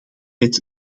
met